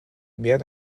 mehr